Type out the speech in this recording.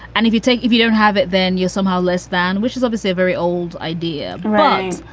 and if you take if you don't have it, then you're somehow less than. which is obviously a very old idea. right.